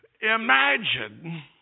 Imagine